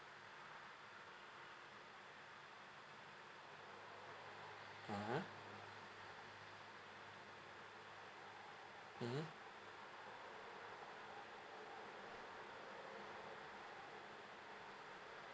ah ha mmhmm